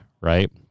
Right